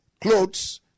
clothes